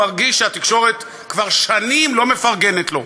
הוא מרגיש שהתקשורת כבר שנים לא מפרגנת לו.